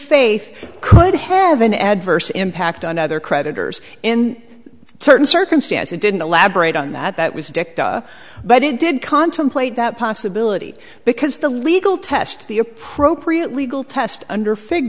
faith could have an adverse impact on other creditors in certain circumstances didn't elaborate on that that was dicta but it did contemplate that possibility because the legal test the appropriate legal test under fig